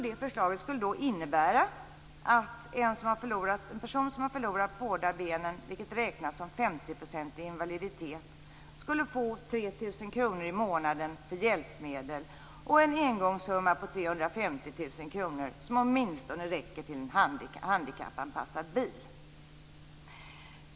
Det förslaget skulle innebära att en person som har förlorat båda benen, vilket räknas som 50 procentig invaliditet, skulle få 3 000 kr i månaden för hjälpmedel och en engångssumma på 350 000 kr, som åtminstone räcker till en handikappanpassad bil.